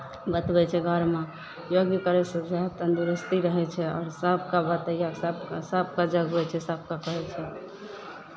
बतबै छै घरमे योगी करै छै सेहत तन्दुरुस्ती रहै छै आओर सभकऽ बतैयौ और सब सभकेँ जगबै छै सभकेँ कहै छै